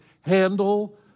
handle